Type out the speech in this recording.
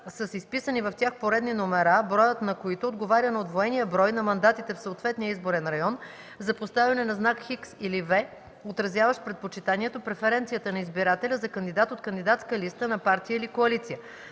с изписани в тях поредни номера, броят, на които отговаря на удвоения брой на мандатите в съответния изборен район, за поставяне на знак „X” или „V“, отразяващ предпочитанието (преференцията) на избирателя за кандидат от кандидатска листа на партия или коалиция;